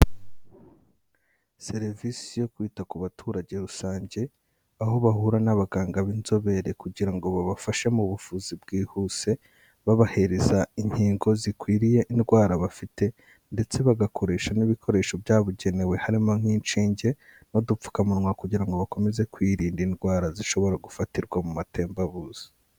Serivisi yo kwita ku baturage rusange, aho bahura n'abaganga b'inzobere kugira ngo babafashe mu buvuzi bwihuse, babahereza inkingo zikwiriye indwara bafite, ndetse bagakoresha n'ibikoresho byabugenewe harimo nk'inshinge n'udupfukamunwa kugira ngo bakomeze kwirinda indwara zishobora gufatirwa mu matembabuzi.